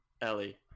Ellie